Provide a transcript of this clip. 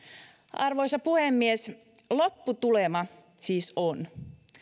arvoisa puhemies lopputulema siis on